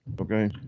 Okay